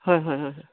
হয় হয়